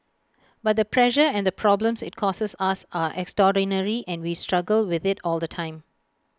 but the pressure and problems IT causes us are extraordinary and we struggle with IT all the time